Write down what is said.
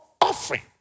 offering